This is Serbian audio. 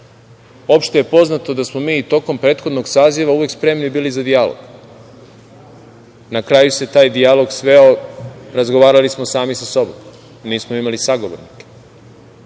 Opšte je poznato da smo mi tokom prethodnog saziva uvek spremni bili za dijalog. Na kraju se taj dijalog sveo, razgovarali smo sami sa sobom, nismo imali sagovornike.